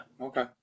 Okay